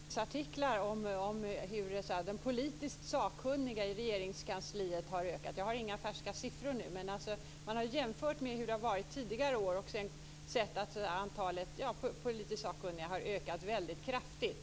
Fru talman! Det framgår av ett antal tidningsartiklar om hur mängden politiskt sakkunniga i Regeringskansliet har ökat. Jag har nu inte några färska siffror, men man har jämfört med hur det har varit tidigare år och sett att antalet politiskt sakkunniga har ökat väldigt kraftigt.